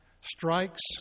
strikes